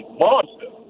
monster